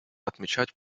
отмечать